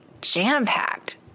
jam-packed